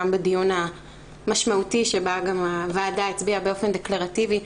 גם בדיון המשמעותי שבה גם הוועדה הצביעה באופן דקלרטיבי,